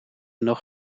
nog